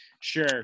Sure